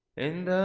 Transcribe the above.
in